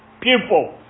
Pupil